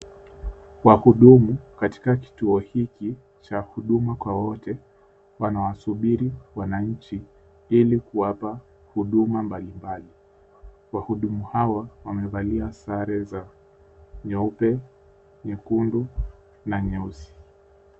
Wahudumu katika kituo hiki cha huduma kwa wote wanawasubiri wananchi ili kuwapa huduma mbalimbali. Wahudumu hawa wamevalia sare za nyeupe, nyekundu na nyeusi.